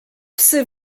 psy